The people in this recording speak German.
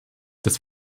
des